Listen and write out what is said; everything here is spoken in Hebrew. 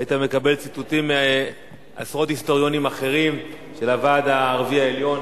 היית מקבל ציטוטים מעשרות היסטוריונים אחרים על הוועד הערבי העליון